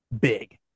big